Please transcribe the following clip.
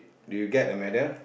do you get a medal